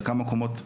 כמה קומות למטה.